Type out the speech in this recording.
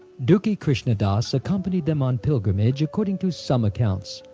dukhi krishnadas accompanied them on pilgrimage according to some accounts,